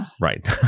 Right